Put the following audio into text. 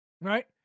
right